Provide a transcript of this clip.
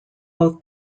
both